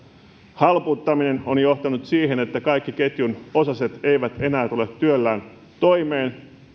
halpuuttaminen on johtanut siihen että kaikki ketjun osaset eivät enää tule työllään toimeen